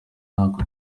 ntako